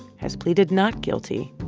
has pleaded not guilty.